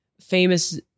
famous